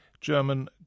German